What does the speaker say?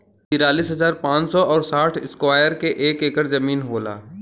तिरालिस हजार पांच सौ और साठ इस्क्वायर के एक ऐकर जमीन होला